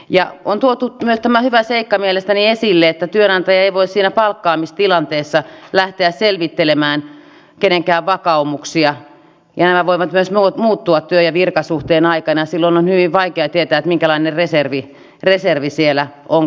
on tuotu myös tämä mielestäni hyvä seikka esille että työnantaja ei voi siinä palkkaamistilanteessa lähteä selvittelemään kenenkään vakaumuksia ja nämä voivat myös muuttua työ ja virkasuhteen aikana ja silloin on hyvin vaikea tietää minkälainen reservi siellä on käytössä